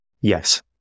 Yes